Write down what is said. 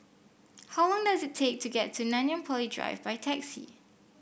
how long does it take to get to Nanyang Poly Drive by taxi